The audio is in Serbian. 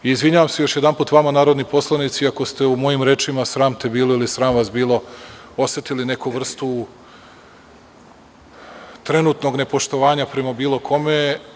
Izvinjavam se još jedanput vama, narodni poslanici, ako ste u mojim rečima „sram te bilo“ ili „sram vas bilo“ osetili neku vrstu trenutnog nepoštovanja prema bilo kome.